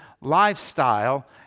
lifestyle